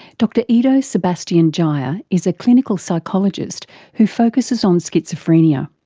dr edo sebastian jaya is a clinical psychologist who focusses on schizophrenia.